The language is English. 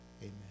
Amen